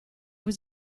was